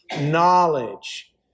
knowledge